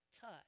touch